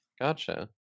Gotcha